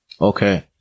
Okay